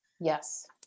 Yes